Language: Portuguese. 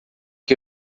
que